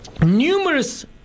numerous